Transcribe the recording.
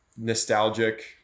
nostalgic